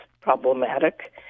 problematic